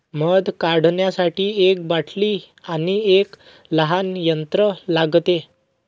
मध काढण्यासाठी एक बाटली आणि एक लहान यंत्र लागते